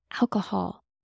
alcohol